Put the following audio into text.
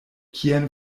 kien